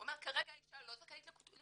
הוא אומר "כרגע האישה לא זכאית לכתובה,